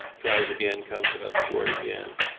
tries again, comes up short again.